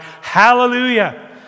Hallelujah